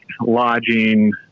lodging